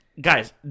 guys